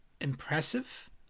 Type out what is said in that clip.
impressive